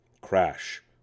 Crash